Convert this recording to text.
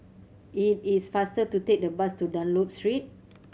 it is faster to take the bus to Dunlop Street